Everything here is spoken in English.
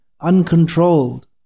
uncontrolled